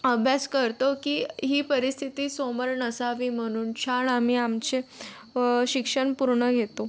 अभ्यास करतो की ही परिस्थिती समोर नसावी म्हणून छान आम्ही आमचे शिक्षण पूर्ण घेतो